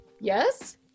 yes